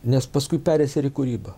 nes paskui pereis ir į kūrybą